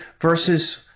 versus